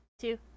two